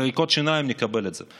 בחריקת שיניים נקבל את זה.